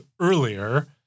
earlier